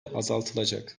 azaltılacak